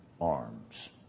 arms